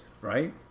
right